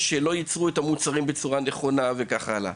איזה מוצרים לא יוצרו בצורה נכונה וכך הלאה.